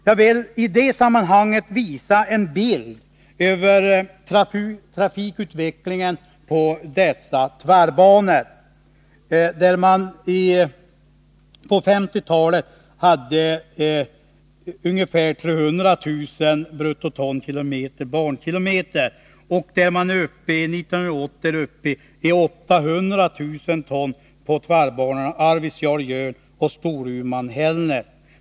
Jag vill i det här sammanhanget visa en bild över trafikutvecklingen på dessa tvärbanor. På 1950-talet hade man där ungefär 300 000 bruttoton bankilometer. År 1980 är man uppe i 800000 ton på tvärbanorna Arvidsjaur-Jörn, Storuman-Hällnäs.